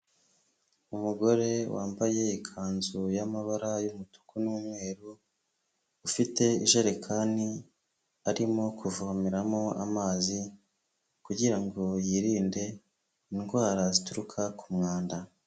Umugore wambaye ikanzu y'amabara yumutuku n'umweru, ufite ijerekani arimo kuvomeramo amazi kugira ngo yirinde indwara zituruka ku mwanda.